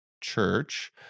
church